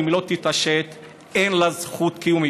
אם היא לא תתעשת אין לה זכות קיום.